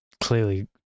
clearly